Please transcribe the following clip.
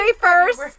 first